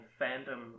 fandom